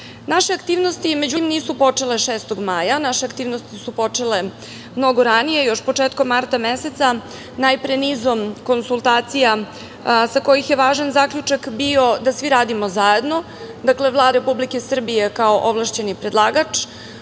aktivnosti međutim nisu počele 6. maja, naše aktivnosti su počele mnogo ranije, još početkom marta meseca, najpre nizom konsultacija sa kojih je važan zaključak bio da svi radimo zajedno. Dakle, Vlada Republike Srbije kao ovlašćeni predlagač,